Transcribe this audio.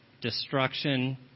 destruction